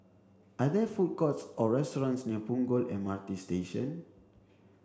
are there food courts or restaurants near Punggol M R T Station